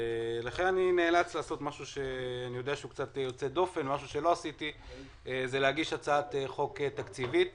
לכן אני נאלץ לעשות משהו שהוא קצת יוצא דופן וזה להגיש הצעת חוק תקציבית